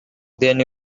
then